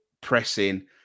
pressing